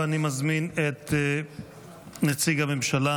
אני מזמין את נציג הממשלה